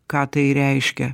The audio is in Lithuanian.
ką tai reiškia